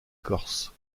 corse